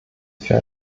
für